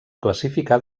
classificar